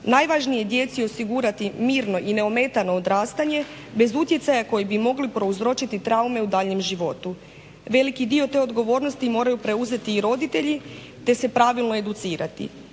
Najvažnije je djeci osigurati mirno i neometano odrastanje bez utjecaja koji bi mogli prouzročiti traume u daljnjem životu. Veliki dio te odgovornosti moraju preuzeti roditelji te se pravilno educirati.